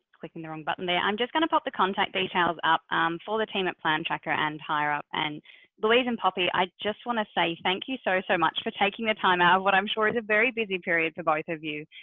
clicking the wrong button there. i'm just going to put the contact details up for the team at plan tracker and hireup and louise and poppy, i just want to say thank you so, so much for taking the time out what i'm sure it's a very busy period for both of you,